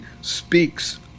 speaks